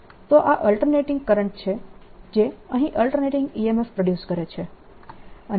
તો આ alternating current છે જે અહીં અલ્ટરનેટીંગ EMF પ્રોડ્યુસ કરે છે